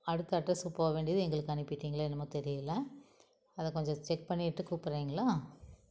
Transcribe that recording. அடுத்த அட்ரஸுக்கு போக வேண்டியது எங்களுக்கு அனுப்பிட்டிங்களே என்னமோ தெரியலை அதை கொஞ்சம் செக் பண்ணிட்டு கூப்பிட்றிங்களா